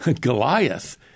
Goliath